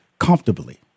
comfortably